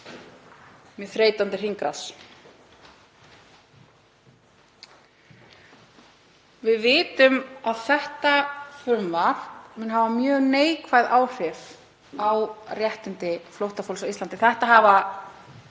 Mjög þreytandi hringrás. Við vitum að þetta frumvarp mun hafa mjög neikvæð áhrif á réttindi flóttafólks á Íslandi. Þetta hefur